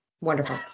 Wonderful